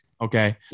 Okay